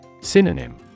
Synonym